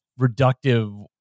reductive